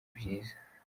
byiza